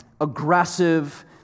aggressive